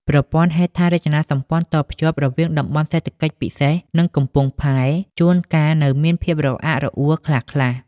ប្រព័ន្ធហេដ្ឋារចនាសម្ព័ន្ធតភ្ជាប់រវាង តំបន់សេដ្ឋកិច្ចពិសេស និងកំពង់ផែ ជួនកាលនៅមានភាពរអាក់រអួលខ្លះៗ។